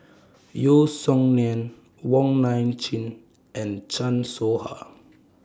Yeo Song Nian Wong Nai Chin and Chan Soh Ha